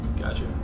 Gotcha